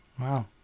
Wow